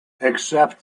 except